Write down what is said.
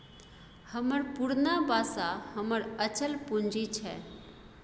हमर पुरना बासा हमर अचल पूंजी छै